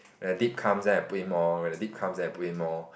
when the dip comes then I put in more when the dip comes then I put in more